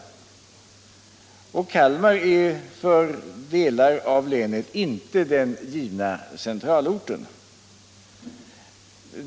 Kalmar är för delar av länet inte den givna centralorten.